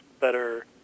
better